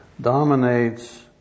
dominates